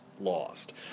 Lost